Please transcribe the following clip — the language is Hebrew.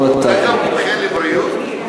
אתה גם מומחה לבריאות?